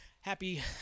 Happy